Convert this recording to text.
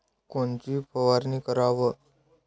कोनची फवारणी कराव?